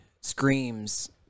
screams